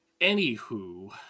anywho